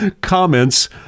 comments